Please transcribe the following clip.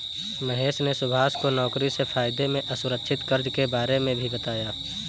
महेश ने सुभाष को नौकरी से फायदे में असुरक्षित कर्ज के बारे में भी बताया